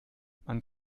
man